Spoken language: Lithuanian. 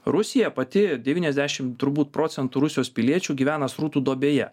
rusija pati devyniasdešim turbūt procentų rusijos piliečių gyvena srutų duobėje